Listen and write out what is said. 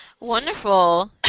Wonderful